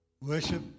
worship